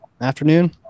afternoon